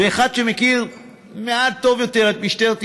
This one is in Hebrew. וכאחד שמכיר מעט טוב יותר את משטרת ישראל,